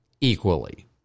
Equally